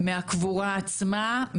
מהקבורה עצמה,